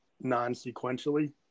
non-sequentially